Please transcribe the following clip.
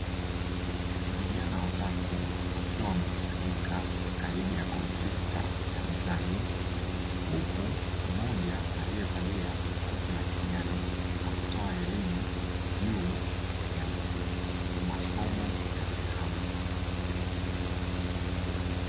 Vijana watatu wakiwa wamekusanyika karibu ya kompyuta ya mezani. Huku mmoja alievalia koti la kijani, anatoa elimu juu ya masomo ya tehama.